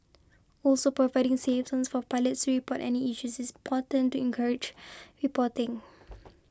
also providing 'safe zones' for pilots report any issues is important to encourage reporting